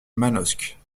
manosque